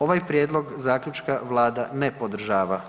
Ovaj prijedlog Zaključka Vlada ne podržava.